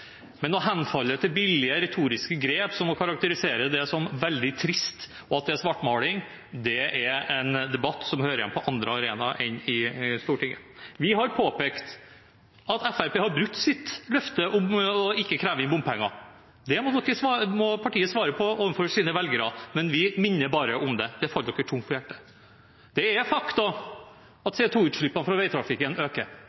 Men å henfalle til billige retoriske grep, som å karakterisere det som veldig trist, og at det er svartmaling, er en debatt som hører hjemme på andre arenaer enn i Stortinget. Vi har påpekt at Fremskrittspartiet har brutt sitt løfte om ikke å kreve inn bompenger. Det må partiet svare på overfor sine velgere. Vi minner bare om det, og det har falt dere tungt for brystet. Det er fakta at CO 2 -utslippene fra veitrafikken øker.